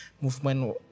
movement